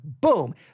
boom